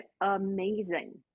amazing